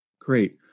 Great